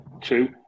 Two